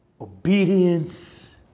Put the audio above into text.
Obedience